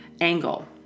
angle